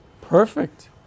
Perfect